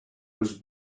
was